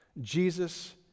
Jesus